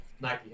Nike